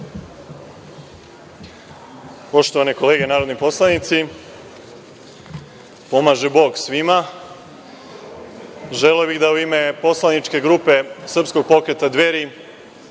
Poštovane kolege narodni poslanici, pomaže Bog svima. Želeo bih da u ime poslaničke grupe Srpskog pokreta Dveri,